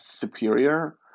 superior